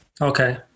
Okay